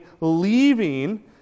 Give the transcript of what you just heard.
leaving